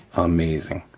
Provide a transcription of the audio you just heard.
amazing.